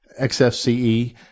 XFCE